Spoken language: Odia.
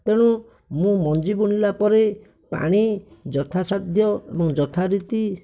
ତେଣୁ ମୁଁ ମଞ୍ଜି ବୁଣିଲାପରେ ପାଣି ଯଥାସାଧ୍ୟ ଏବଂ ଯଥାରୀତି